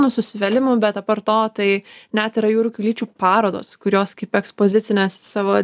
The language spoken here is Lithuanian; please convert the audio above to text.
nu susivėlimų bet apart to tai net yra jūrų kiaulyčių parodos kur jos kaip ekspozicinės savo